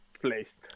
placed